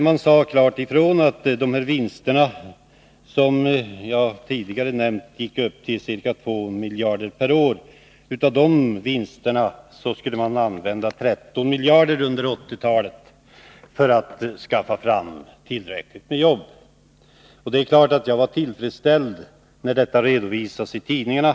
Man sade klart ifrån att av de vinster som jag tidigare nämnt och som uppgår till ca 2 miljarder kronor per år skulle under 1980-talet 13 miljarder användas för att skapa tillräckligt med jobb. Det är klart att jag var tillfredsställd när detta redovisades i tidningarna.